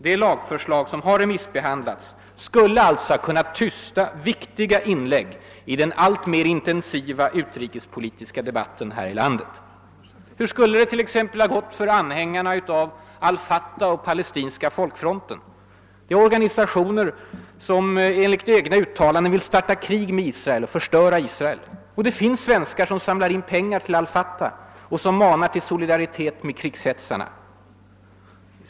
De lagförslag, som har remissbehandlats, skulle alltså ha kunnat tysta viktiga inlägg i den allt intensivare utrikespolitiska debatten här i landet. Hur skulle det t.ex. ha gått för de svenska anhängarna av al Fatah och den palestinska Folkfronten? Det är organisationer som enligt egna uttalanden vill starta krig med Israel och förstöra Israel. Det finns tyvärr svenskar som samlar in pengar till al Fatah och manar till solidaritet med krigshetsarna.